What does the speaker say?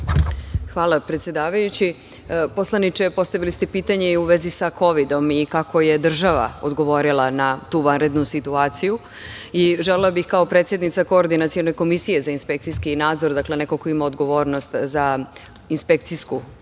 Hvala, predsedavajući. Poslaniče, postavili ste pitanje i u vezi sa Kovidom i kako je država odgovorila na tu vanrednu situaciju. Želela bih kao predsednica Koordinacione komisije za inspekcijski nadzor, dakle, neko ko ima odgovornost za inspekcijsku kontrolu